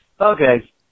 Okay